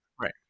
Right